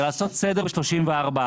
זה לעשות סדר ב-34א,